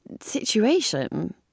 situation